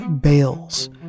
Bales